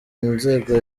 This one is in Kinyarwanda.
inzego